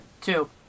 Two